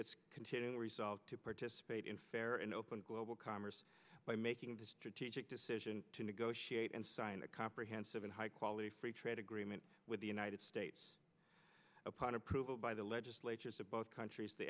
its continuing resolve to participate in fair and open global commerce by making the strategic decision to negotiate and sign a comprehensive and high quality free trade agreement with the united states upon approval by the legislature both countries